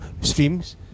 streams